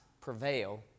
prevail